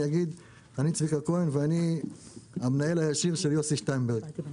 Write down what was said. הפעם אני אגיד: אני צביקה כהן ואני המנהל הישיר של יוסי שטיינברג.